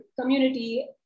community